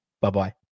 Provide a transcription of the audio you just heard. bye-bye